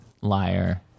liar